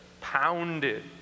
pounded